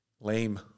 lame